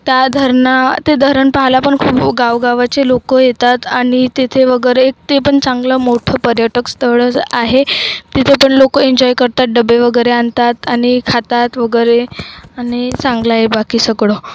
त्या धरना ते धरण पाहायला पण खूप गावगावाचे लोक येतात आणि तिथे वगैरे एक ते पण चांगलं मोठं पर्यटक स्थळंच आहे तिथे पण लोक एन्जॉय करतात डबे वगैरे आणतात आणि खातात वगैरे आणि चांगलं आहे बाकी सगळं